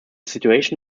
situation